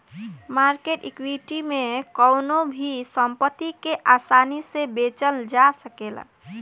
market equity में कवनो भी संपत्ति के आसानी से बेचल जा सकेला